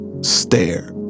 stare